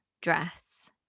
dress